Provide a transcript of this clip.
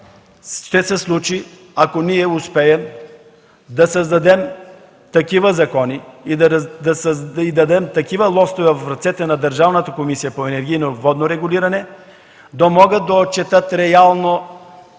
ще се случи, ако успеем да създадем такива закони и да дадем такива лостове в ръцете на Държавната комисия за енергийно и водно регулиране, че да могат да отчетат реално